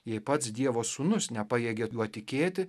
jei pats dievo sūnus nepajėgė tuo tikėti